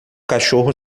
cachorro